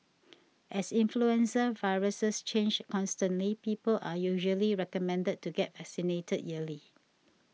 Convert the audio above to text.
as influenza viruses change constantly people are usually recommended to get vaccinated yearly